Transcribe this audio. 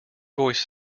voice